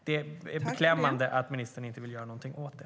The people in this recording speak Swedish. Det är beklämmande att ministern inte vill göra någonting åt det.